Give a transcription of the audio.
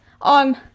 on